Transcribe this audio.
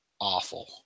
awful